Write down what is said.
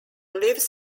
lives